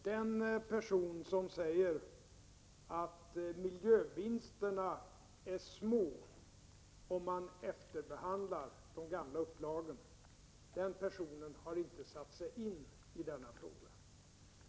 Herr talman! Den person som säger att miljövinsterna av att efterbehandla de gamla upplagen är små har inte satt sig in i denna fråga.